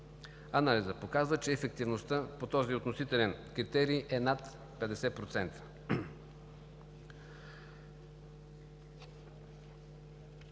Анализът показва, че ефективността по този относителен критерий е над 50%.